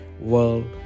world